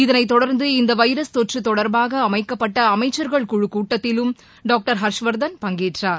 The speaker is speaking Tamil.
இதனைத் தொடர்ந்து இந்த வைரஸ் தொற்று தொடர்பாக அமைக்கப்பட்ட அமைக்சர்கள் குழு கூட்டத்திலும் டாக்டர் ஹர்ஷவர்தன் பங்கேற்றார்